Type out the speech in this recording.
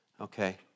okay